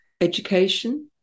education